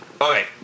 okay